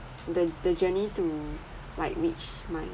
the the journey to like reach my